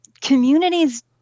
communities